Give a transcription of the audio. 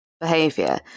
behavior